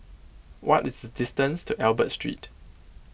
what is the distance to Albert Street